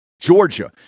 Georgia